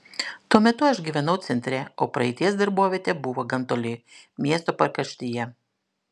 tuo metu aš gyvenau centre o praeities darbovietė buvo gan toli miesto pakraštyje